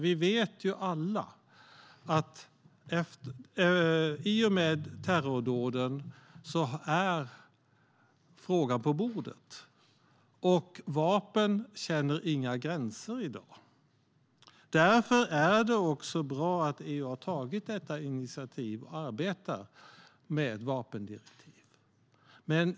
Vi vet ju alla att i och med terrordåden är frågan på bordet. Vapen känner inga gränser i dag. Därför är det bra att EU har tagit detta initiativ och arbetar med ett vapendirektiv.